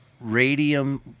radium